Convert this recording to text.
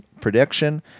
prediction